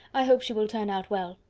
i hope she will turn out well.